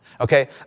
Okay